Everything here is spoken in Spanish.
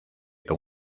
con